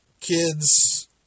kids